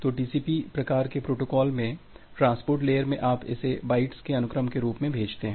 तो टीसीपी प्रकार के प्रोटोकॉल में ट्रांसपोर्ट लेयर में आप इसे बाइट्स के अनुक्रम के रूप में भेजते हैं